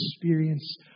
experience